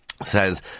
says